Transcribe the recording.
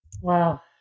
Wow